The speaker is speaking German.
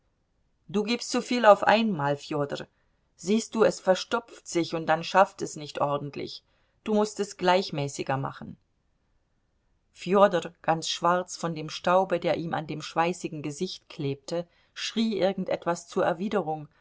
du gibst zuviel auf einmal fjodor siehst du es verstopft sich und dann schafft es nicht ordentlich du mußt es gleichmäßiger machen fjodor ganz schwarz von dem staube der ihm an dem schweißigen gesicht klebte schrie irgend etwas zur erwiderung